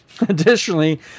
Additionally